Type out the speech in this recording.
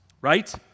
right